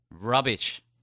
Rubbish